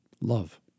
Love